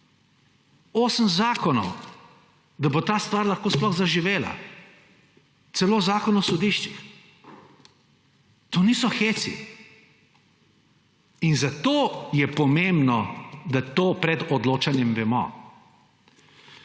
8 zakonov, da bo ta stvar lahko sploh zaživela, celo Zakon o sodiščih. To niso heci. In zato je pomembno, da to pred odločanjem vemo.